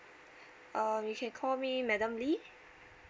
um you can call me madam lee